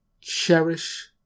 cherish